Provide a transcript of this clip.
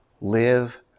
Live